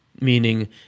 meaning